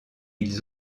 ils